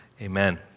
Amen